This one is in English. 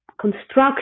construction